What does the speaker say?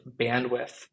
bandwidth